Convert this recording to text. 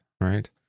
right